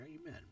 Amen